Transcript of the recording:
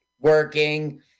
Working